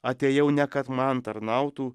atėjau ne kad man tarnautų